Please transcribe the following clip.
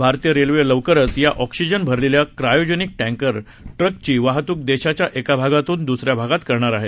भारतीय रेल्वे लवकरच या ऑक्सिजन भरलेल्या क्रायोजनिक टैंकर ट्रकची वाहतुक देशाच्या एका भागातून दुसऱ्या भागात करणार आहे